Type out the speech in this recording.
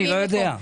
אני לא יודע.